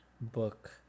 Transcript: book